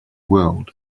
world